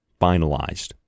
Finalized